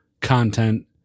content